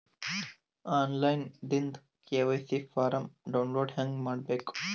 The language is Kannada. ಆನ್ ಲೈನ್ ದಿಂದ ಕೆ.ವೈ.ಸಿ ಫಾರಂ ಡೌನ್ಲೋಡ್ ಹೇಂಗ ಮಾಡಬೇಕು?